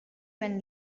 when